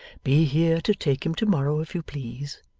be here to take him to-morrow, if you please.